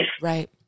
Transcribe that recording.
Right